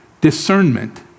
Discernment